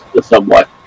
Somewhat